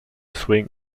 swing